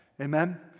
Amen